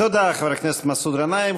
תודה, חבר הכנסת מסעוד גנאים.